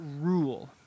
rule